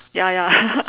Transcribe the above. ya ya